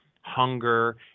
hunger